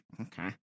Okay